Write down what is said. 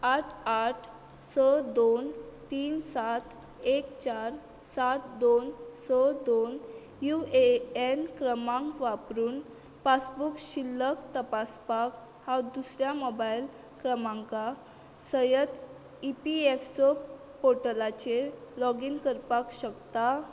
आठ आठ स दोन तीन सात एक चार सात दोन स दोन यु ए एन क्रमांक वापरून पासबूक शिल्लक तपासपाक हांव दुसऱ्या मोबायल क्रमांका सयत ई पी एफ ओ पोर्टलाचेर लॉगीन करपाक शकता